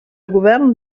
govern